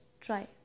try